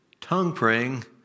tongue-praying